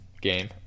game